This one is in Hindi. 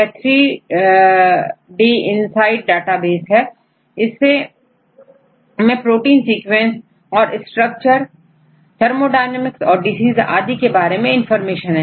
यह3DinSight डेटाबेस है जिसमें प्रोटीन सीक्वेंस और स्ट्रक्चर थर्मोडायनेमिक और डिसीज आदि के बारे में इंफॉर्मेशन है